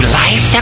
life